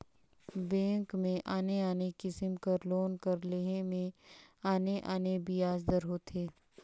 bank में आने आने किसिम कर लोन कर लेहे में आने आने बियाज दर होथे